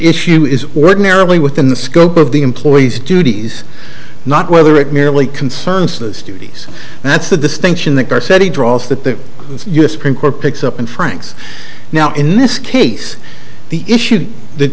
issue is ordinarily within the scope of the employee's duties not whether it merely concerns those duties and that's the distinction that are said he drawls that the u s supreme court picks up in frank's now in this case the issue the